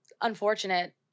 unfortunate